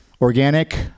Organic